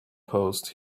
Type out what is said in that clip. post